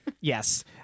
Yes